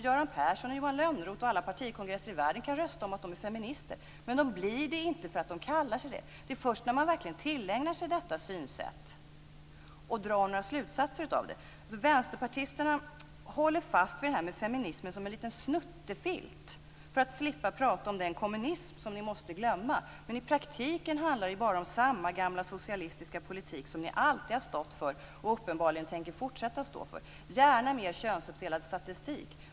Göran Persson, Johan Lönnroth och alla partikongresser i världen kan rösta om att man ska vara feminister, men de blir det inte bara för att de kallar sig för det. Det är först när man verkligen tillägnar sig detta synsätt och drar några slutsatser av det som man kan kalla sig feminist. Vänsterpartisterna håller fast vid detta med feminismen som en liten snuttefilt för att slippa prata om den kommunism som ni måste glömma. I praktiken handlar det bara om samma gamla socialistiska politik som ni alltid har stått för och uppenbarligen tänker fortsätta att stå för. Ni vill gärna ha mer könsuppdelad statistik.